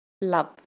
love